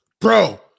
bro